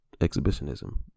exhibitionism